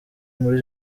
muri